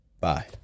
Bye